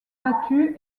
battu